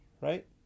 right